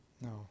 No